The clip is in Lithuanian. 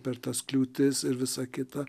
per tas kliūtis ir visa kita